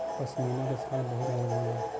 पश्मीना के शाल बहुते गरम होला